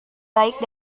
baik